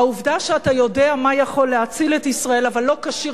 העובדה שאתה יודע מה יכול להציל את ישראל אבל לא כשיר